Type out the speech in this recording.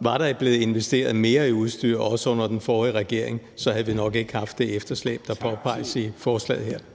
var der blevet investeret mere i udstyr under den forrige regering, havde vi nok ikke haft det efterslæb, der påpeges i forslaget her.